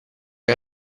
che